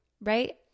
right